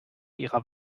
ihrer